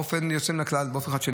באופן יוצא מן הכלל וחדשני,